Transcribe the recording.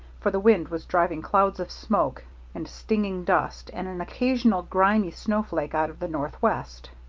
for the wind was driving clouds of smoke and stinging dust and an occasional grimy snowflake out of the northwest.